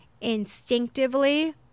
instinctively